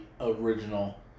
original